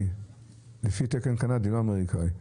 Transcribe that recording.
לפי תקן קנדי, לא אמריקאי.